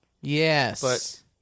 Yes